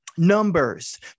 numbers